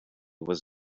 was